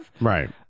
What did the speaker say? Right